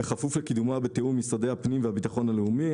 בכפוף לקידומה בתיאום עם משרדי הפנים והביטחון הלאומי,